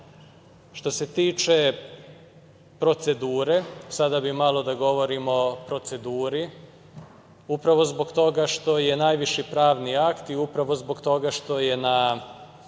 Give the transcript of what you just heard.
se tiče procedure, sada bih malo da govorimo o proceduri upravo zbog toga što je najviši pravni akt i upravo zbog toga što je na